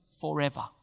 forever